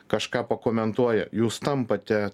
kažką pakomentuoja jūs tampate